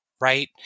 right